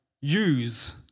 use